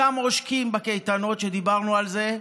אותם עושקים בקייטנות שדיברנו עליהן,